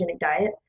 diet